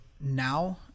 now